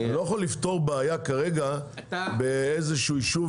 אתה לא יכול כרגע לפתור בעיה באיזשהו יישוב